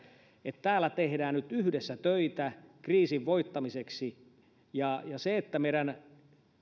että täällä tehdään nyt yhdessä töitä kriisin voittamiseksi se että